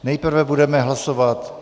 Nejprve budeme hlasovat...